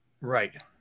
Right